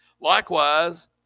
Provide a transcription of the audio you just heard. Likewise